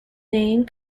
name